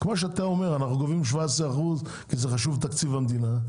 כמו שאתה אומר אנחנו גובים 17% כי זה חישוב תקציב המדינה,